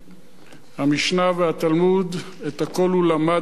המשנה והתלמוד, את הכול הוא למד וחקר.